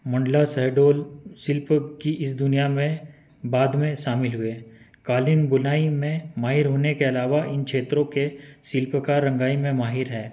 मंडला शहडोल शिल्प की इस दुनिया में बाद में शामिल हुए कालीन बुनाई में माहिर होने के अलावा इन क्षेत्रों के शिल्पकार रंगाई में माहिर हैं